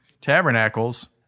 tabernacles